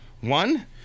One